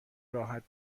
راحت